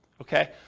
Okay